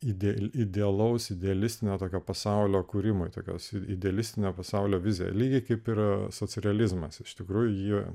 ideali idealaus idealistinę tokio pasaulio kūrimui tokios idealistinio pasaulio vizija lygiai kaip ir socrealizmas iš tikrųjų